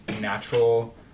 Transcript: natural